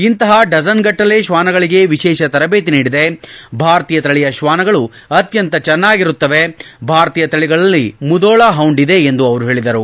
ಇಂಥ ಡಜನ್ಗಟ್ಟರೆ ಶ್ವಾನಗಳಗೆ ವಿಶೇಷ ತರಬೇತಿ ನೀಡಿದೆ ಭಾರತೀಯ ತಳಿಯ ತ್ವಾನಗಳೂ ಅತ್ಯಂತ ಚೆನ್ನಾಗಿರುತ್ತವೆ ಭಾರತೀಯ ತಳಿಗಳಲ್ಲಿ ಮುಧೋಳ ಹೌಂಡ್ ಇದೆ ಎಂದು ಅವರು ಹೇಳಿದರು